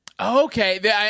Okay